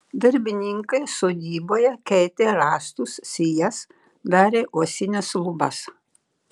darbininkai sodyboje keitė rąstus sijas darė uosines lubas